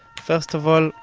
first of all,